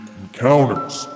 encounters